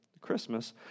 Christmas